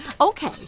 Okay